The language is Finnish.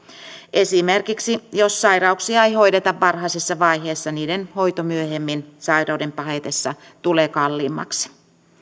esimerkiksi jos sairauksia ei hoideta varhaisessa vaiheessa niiden hoito myöhemmin sairauden pahetessa tulee kalliimmaksi